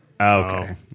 Okay